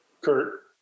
Kurt